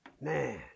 Man